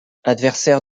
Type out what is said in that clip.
adversaire